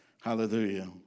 Hallelujah